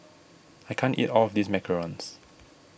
I can't eat all of this Macarons